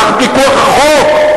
תחת פיקוח החוק,